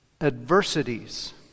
adversities